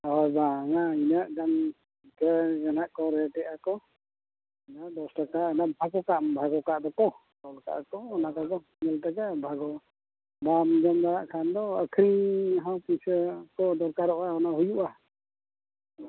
ᱦᱳᱭ ᱵᱟᱝᱟ ᱤᱱᱟᱹᱜ ᱜᱟᱱ ᱤᱱᱠᱟᱹ ᱱᱟᱦᱟᱜ ᱠᱚ ᱨᱮᱫᱮᱜᱼᱟᱠᱚ ᱦᱳᱭ ᱫᱚᱥ ᱴᱟᱠᱟ ᱚᱱᱟ ᱵᱷᱟᱜᱽ ᱟᱠᱟᱜᱼᱟᱢ ᱵᱷᱟᱜᱽ ᱠᱟᱜ ᱫᱚᱠᱚ ᱚᱱᱠᱟ ᱠᱚ ᱚᱱᱟ ᱠᱚᱫᱚ ᱠᱩᱲᱤ ᱴᱟᱠᱟ ᱵᱷᱟᱜᱚ ᱵᱟᱢ ᱡᱚᱢ ᱫᱟᱲᱮᱭᱟᱜ ᱠᱷᱟᱱ ᱫᱚ ᱟᱹᱠᱷᱟᱨᱤᱧ ᱦᱚᱸ ᱯᱩᱭᱥᱟᱹ ᱠᱚ ᱫᱚᱨᱠᱟᱨᱚᱜᱼᱟ ᱚᱱᱟ ᱦᱩᱭᱩᱜᱼᱟ